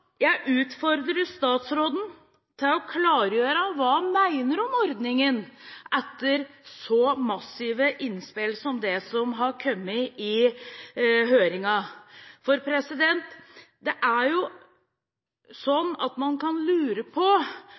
Jeg utfordrer statsråden til å klargjøre hva hun mener om ordningen etter så massive innspill som det som har kommet i høringen. Det er jo sånn at man kan lure på